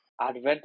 Advent